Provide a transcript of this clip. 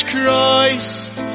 Christ